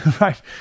right